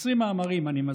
20 מאמרים, אני מזכיר,